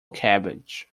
cabbage